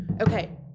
Okay